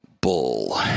bull